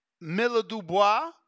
Miller-Dubois